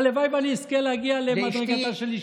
הלוואי שאני אזכה להגיע למדרגתה של אשתי.